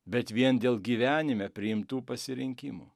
bet vien dėl gyvenime priimtų pasirinkimų